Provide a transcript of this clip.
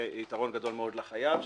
זה יתרון גדול מאוד לחייב,